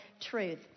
truth